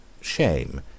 Shame